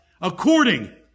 According